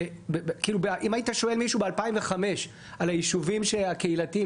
כאילו אם היית שואל מישהו ב-2005 על היישובים הקהילתיים,